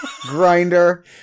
Grinder